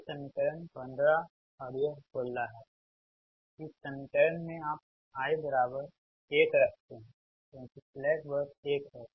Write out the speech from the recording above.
यह समीकरण 15 और यह 16 है इस समीकरण में आप i बराबर 1 रखते हैं क्योंकि स्लैक बस एक है